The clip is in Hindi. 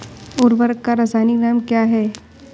उर्वरक का रासायनिक नाम क्या है?